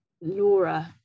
Laura